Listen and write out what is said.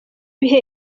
bihe